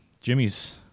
Jimmy's